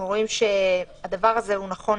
אנחנו רואים שהדבר הזה נכון,